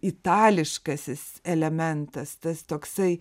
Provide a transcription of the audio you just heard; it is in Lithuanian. itališkasis elementas tas toksai